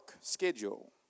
schedule